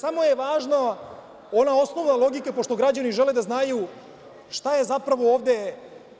Samo je važna ona osnovna logika, pošto građani žele da znaju, šta je zapravo ovde